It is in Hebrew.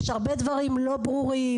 יש הרבה דברים לא ברורים,